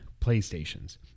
PlayStations